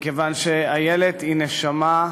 מכיוון שאיילת היא נשמה,